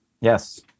Yes